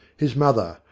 his mother,